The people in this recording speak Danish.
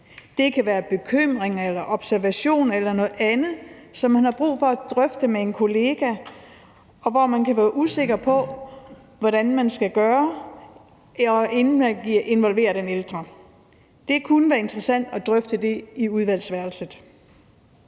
Det kan være bekymring eller observation eller noget andet, som man har brug for at drøfte med en kollega, og hvor man kan være usikker på, hvordan man skal gøre, inden man involverer den ældre. Det kunne være interessant at drøfte det i udvalgsværelset.